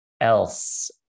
else